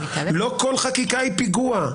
לא כל חקיקה היא פיגוע,